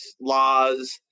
laws